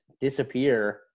disappear